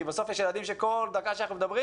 כי בסוף יש ילדים שכל דקה שאנחנו מדברים,